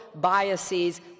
biases